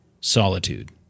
Solitude